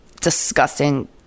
disgusting